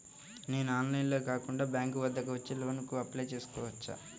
నేను ఆన్లైన్లో కాకుండా బ్యాంక్ వద్దకు వచ్చి లోన్ కు అప్లై చేసుకోవచ్చా?